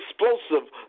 explosive